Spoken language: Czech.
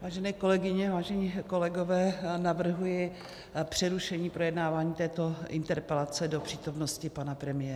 Vážené kolegyně, vážení kolegové, navrhuji přerušení projednávání této interpelace do přítomnosti pana premiéra.